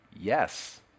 Yes